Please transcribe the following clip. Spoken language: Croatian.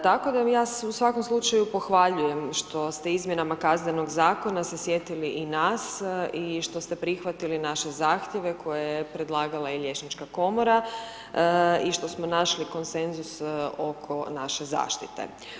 Tako da ja u svakom slučaju pohvaljujem što ste izmjenama Kaznenog zakona se sjetili i nas i što ste prihvatili naše zahtjeve koje je predlagala i liječnička komora i što smo našli konsenzus oko naše zaštite.